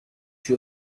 you